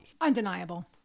Undeniable